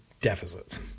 deficits